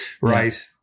right